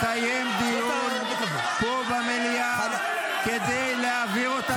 -- ולכן צריך מהר לקיים דיון פה במליאה כדי להעביר אותה מתפקידה.